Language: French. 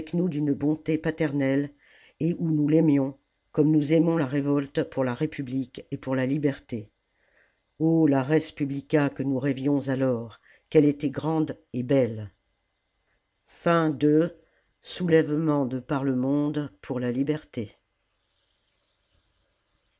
nous d'une bonté paternelle et où nous l'aimions comme nous aimons la révolte pour la république et pour la liberté o la res publica que nous rêvions alors qu'elle était grande et belle